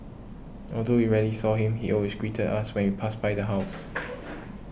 although we rarely saw him he always greeted us when we passed by the house